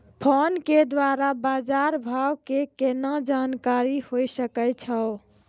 Phone के द्वारा बाज़ार भाव के केना जानकारी होय सकै छौ?